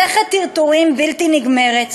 מסכת טרטורים בלתי נגמרת.